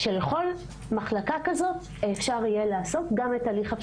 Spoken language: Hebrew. ויש תוכנית שהושקה ב-2020 בנושא הנגשה עם התייחסות